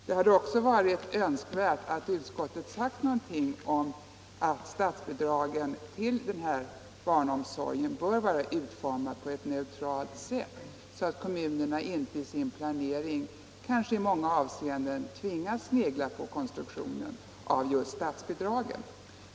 Det hade också varit önskvärt att utskottet sagt någonting om att statsbidragen till barnomsorgen bör vara utformade på ett neutralt sätt, så att kommunerna inte i sin planering i många avseenden tvingas att snegla på konstruktionen av statsbidraget.